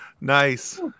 Nice